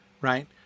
Right